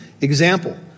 Example